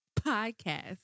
podcast